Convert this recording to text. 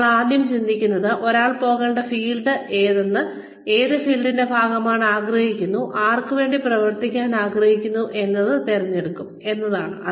നമ്മൾ ആദ്യം ചിന്തിക്കുന്നത് ഒരാൾ പോകേണ്ട ഫീൽഡ് ഏതെന്ന് ഏത് ഫീൽഡിന്റെ ഭാഗമാകാൻ ആഗ്രഹിക്കുന്നു ആർക്ക് വേണ്ടി പ്രവർത്തിക്കാൻ ആഗ്രഹിക്കുന്നു എന്നത് എങ്ങനെ തിരഞ്ഞെടുക്കും എന്നതാണ്